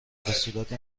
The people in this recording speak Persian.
صورت